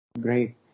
Great